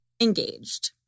engaged